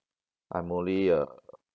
I'm only a